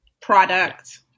product